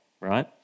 right